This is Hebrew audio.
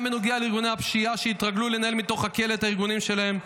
גם בנוגע לארגוני הפשיעה שהתרגלו לנהל מתוך הכלא את הארגונים שלהם.